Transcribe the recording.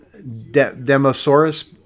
Demosaurus